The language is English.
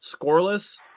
scoreless